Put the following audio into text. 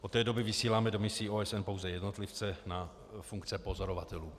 Od té doby vysíláme do misí OSN pouze jednotlivce na funkce pozorovatelů.